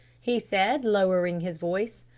he said, lowering his voice.